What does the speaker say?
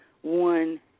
one